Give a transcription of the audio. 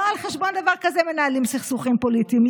לא על חשבון דבר כזה מנהלים סכסוכים פוליטיים.